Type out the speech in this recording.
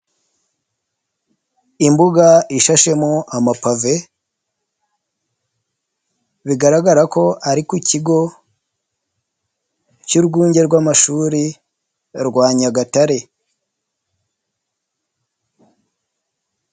Imbuga ishashemo amapave bigaragara ko ari ku ikigo cy'urwunge rw'amashuri rwa Nyagatare.